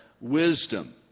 wisdom